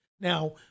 Now